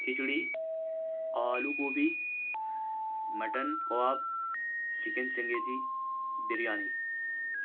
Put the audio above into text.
کھچڑی آلو گوبھی مٹن کوباب چکن چنگیجی بریانی